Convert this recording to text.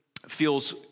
feels